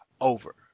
over